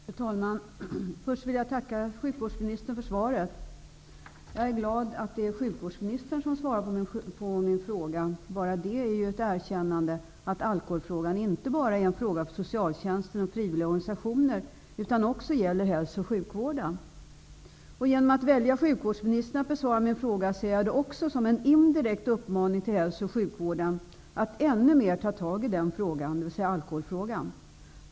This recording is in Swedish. Fru talman! Först vill jag tacka sjukvårdsministern för svaret. Jag är glad att det är sjukvårdsministern som svarar på min fråga. Det är ju ett erkännande att alkoholfrågan inte bara är en fråga för socialtjänsten och frivilliga organisationer, utan också gäller hälso och sjukvården. Att välja sjukvårdsministern till att besvara min fråga ser jag också som en indirekt uppmaning till hälso och sjukvården att ännu mer ta tag i alkoholfrågan.